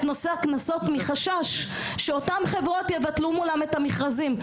נושא הקנסות מחשש שאותם חברות יבטלו מולם את המכרזים.